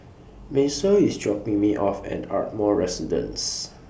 Macel IS dropping Me off At Ardmore Residence